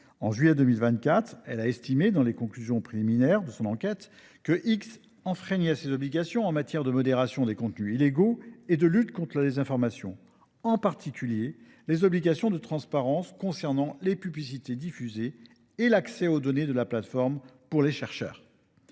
En juillet 2024, elle a estimé dans les conclusions préliminaires de cette enquête que X enfreignait ses obligations en matière de modération des contenus illégaux et de lutte contre la désinformation, en particulier les obligations de transparence concernant les publicités diffusées et l’accès des chercheurs aux données de la plateforme. Enfin, en